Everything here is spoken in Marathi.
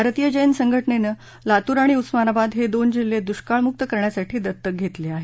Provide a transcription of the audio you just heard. भारतीय जैन संघटनेनं लातूर आणि उस्मानाबाद हे दोन जिल्हे दृष्काळमुक्त करण्यासाठी दत्तक घेतले आहेत